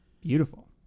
beautiful